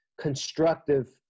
constructive